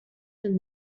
than